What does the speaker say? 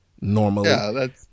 normally